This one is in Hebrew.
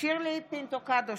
שירלי פינטו קדוש,